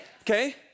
Okay